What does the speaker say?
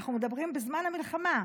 אנחנו מדברים על זמן המלחמה,